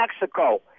Mexico